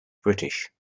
british